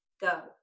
go